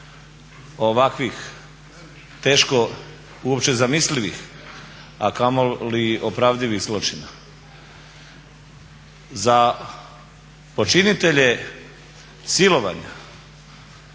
ovakvih teško uopće zamislivih a kamoli opravdanih zločina. Za počinitelje silovanja